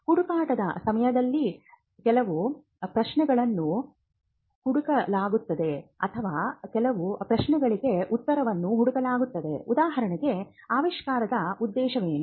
ಹುಡುಕಾಟದ ಸಮಯದಲ್ಲಿ ಕೆಲವು ಪ್ರಶ್ನೆಗಳನ್ನು ಹುಡುಕಲಾಗುತ್ತದೆ ಅಥವಾ ಕೆಲವು ಪ್ರಶ್ನೆಗಳಿಗೆ ಉತ್ತರಗಳನ್ನು ಹುಡುಕಲಾಗುತ್ತದೆ ಉದಾಹರಣೆಗೆ ಆವಿಷ್ಕಾರದ ಉದ್ದೇಶವೇನು